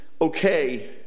okay